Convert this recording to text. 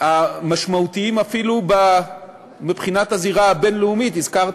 המשמעותיים אפילו מבחינת הזירה הבין-לאומית: הזכרת